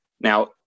now